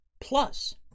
Plus